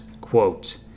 Quote